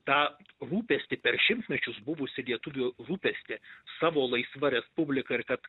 tą rūpestį per šimtmečius buvusį lietuvių rūpestį savo laisva respublika ir kad